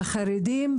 החרדים,